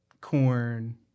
corn